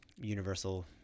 universal